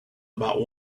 about